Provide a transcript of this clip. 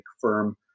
firm